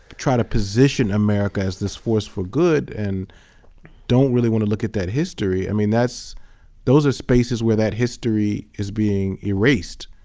try to position america as this force for good, and don't really want to look at that history, i mean those are spaces where that history is being erased.